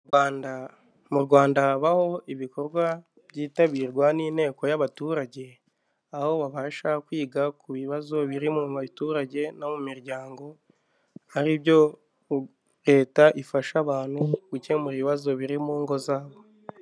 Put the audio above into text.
Mu Rwanda, mu Rwanda habaho ibikorwa byitabirwa n'inteko y'abaturage, aho babasha kwiga ku bibazo biri mu baturage no mu miryango aribyo leta ifasha abantu gukemura ibibazo biri mu ngo zabo.